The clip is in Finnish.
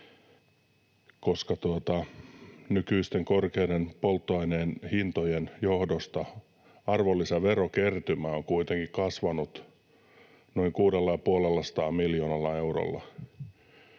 koska nykyisten korkeiden polttoaineen hintojen johdosta arvonlisäverokertymä on kuitenkin kasvanut noin 650 miljoonalla eurolla,